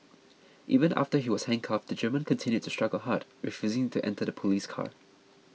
even after he was handcuffed the German continued to struggle hard refusing to enter the police car